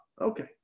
okay